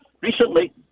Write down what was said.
recently